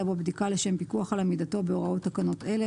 בו בדיקה לשם פיקוח על עמידתו בהוראות תקנות אלה.